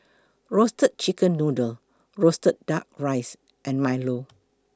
Roasted Chicken Noodle Roasted Duck Rice and Milo